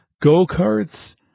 go-karts